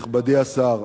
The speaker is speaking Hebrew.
סליחה.